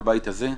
בבית הזה,